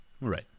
Right